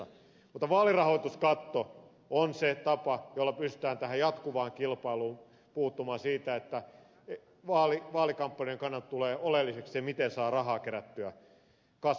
mutta vaalirahoituskatto on se tapa jolla pystytään tähän jatkuvaan kilpailuun puuttumaan siihen että vaalikampanjan kannalta tulee oleelliseksi miten saa rahaa kerättyä kasaan